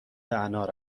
انار